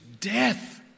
death